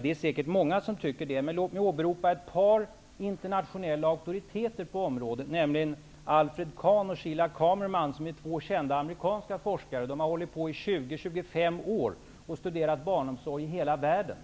Det är säkert många som tycker det, men låt mig åberopa ett par internatio nella auktoriteter på området, nämligen Alfred Kahn och Sheila Kamerman, som är kända ameri kanska forskare. De har i 20--25 år studerat barn omsorg över hela världen.